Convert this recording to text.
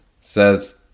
says